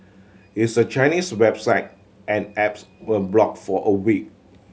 its a Chinese website and apps were block for a week